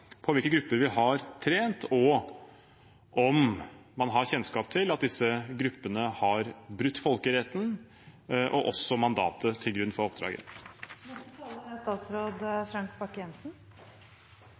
om hvilke grupper vi har trent, og om man har kjennskap til at disse gruppene har brutt folkeretten og mandatet som lå til grunn for oppdraget. Jeg er